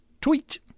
tweet